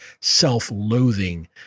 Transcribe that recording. self-loathing